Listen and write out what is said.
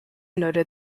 noted